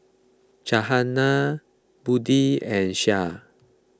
Budi and Syah